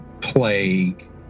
plague